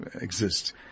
exist